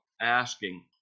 asking